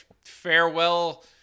farewell